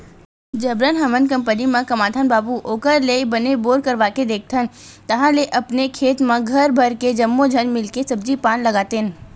जबरन हमन कंपनी म कमाथन बाबू ओखर ले बने बोर करवाके देखथन ताहले अपने खेत म घर भर के जम्मो झन मिलके सब्जी पान लगातेन